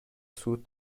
صعود